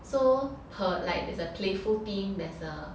so her like is a playful theme there's a